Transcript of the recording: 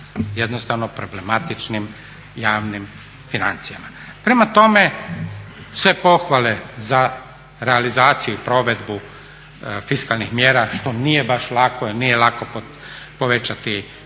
jednostavno problematičnim javnim financijama. Prema tome, sve pohvale za realizaciju i provedbu fiskalnih mjera što nije baš lako jer nije lako povećati ni